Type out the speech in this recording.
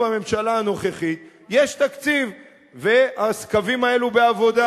בממשלה הנוכחית יש תקציב והקווים האלה בעבודה,